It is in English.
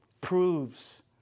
proves